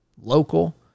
local